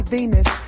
Venus